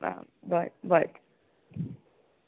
आं बरें बरें